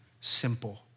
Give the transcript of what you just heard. simple